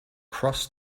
cross